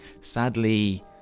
Sadly